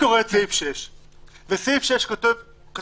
אני קורא את סעיף 6. בסעיף 6 כתוב במפורש,